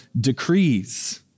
decrees